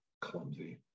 Clumsy